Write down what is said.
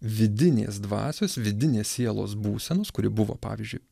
vidinės dvasios vidinės sielos būsenos kuri buvo pavyzdžiui